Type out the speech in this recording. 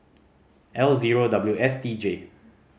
L zero W S T J